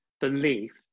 belief